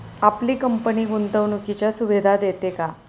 आपली कंपनी गुंतवणुकीच्या सुविधा देते का?